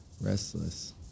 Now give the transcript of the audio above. Restless